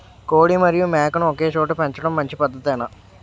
కోడి మరియు మేక ను ఒకేచోట పెంచడం మంచి పద్ధతేనా?